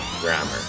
grammar